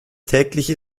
tägliche